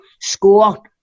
score